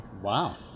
Wow